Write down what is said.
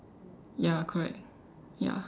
ya correct ya